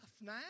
now